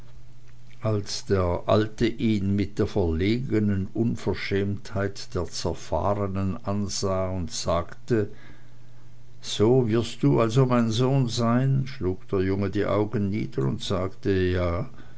als der alte ihn mit der verlegenen unverschämtheit der zerfahrenen ansah und sagte so wirst du also mein sohn sein schlug der junge die augen nieder und sagte ja